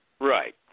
Right